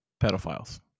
pedophiles